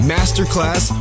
Masterclass